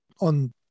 on